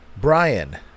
Brian